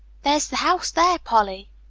there's the house, there, polly!